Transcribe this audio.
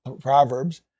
Proverbs